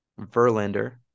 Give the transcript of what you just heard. Verlander